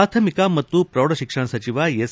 ಪ್ರಾಥಮಿಕ ಮತ್ತು ಪ್ರೌಢ ಶಿಕ್ಷಣ ಸಚಿವ ಎಸ್